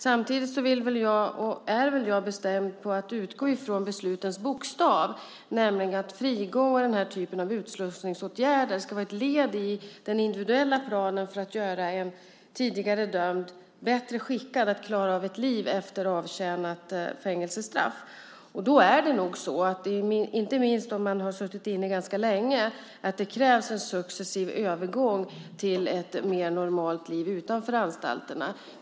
Samtidigt är jag bestämd med att utgå från beslutens bokstav, nämligen att frigång och den här typen av utslussningsåtgärder ska vara ett led i den individuella planen för att göra en tidigare dömd bättre skickad att klara av ett liv efter avtjänat fängelsestraff. Då är det nog så, inte minst om man har suttit inne ganska länge, att det krävs en successiv övergång till ett mer normalt liv utanför anstalterna.